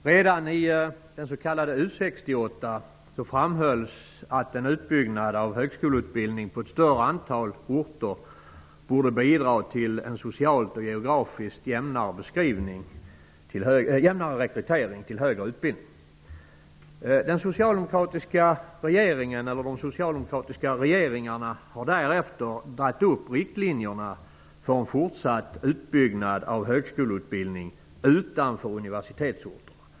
Fru talman! Redan i den s.k. U 68 framhölls att en utbyggnad av högskoleutbildning på ett större antal orter borde bidra till en socialt och geografiskt jämnare rekrytering till högre utbildning. De socialdemokratiska regeringarna drog därefter upp riktlinjerna för en fortsatt utbyggnad av högskoleutbildning utanför universitetsorterna.